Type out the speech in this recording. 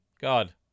God